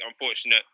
unfortunate